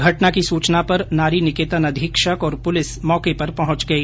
घटना की सूचना पर नारी निकेतन अधीक्षक और पुलिस मौके पर पहुंच गई